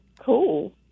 Cool